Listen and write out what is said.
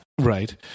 Right